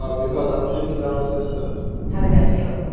ah because i was beating down the system how did that feel?